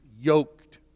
yoked